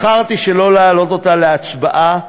בחרתי שלא להעלות אותה להצבעה ולחכות,